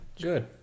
Good